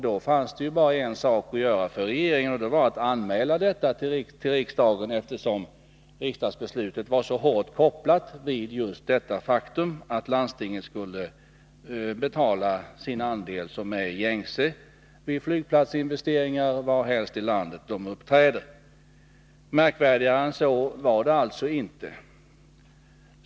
Då fanns det bara en sak att göra för regeringen, och det var att anmäla detta till riksdagen, eftersom riksdagsbeslutet var så hårt kopplat just vid detta faktum att landstinget skulle betala sin andel, som är gängse vid flygplatsinvesteringar varhelst i landet de inträffar. Märkvärdigare än så var det alltså inte.